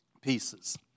pieces